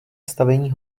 stavení